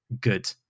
good